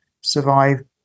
survive